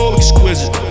exquisite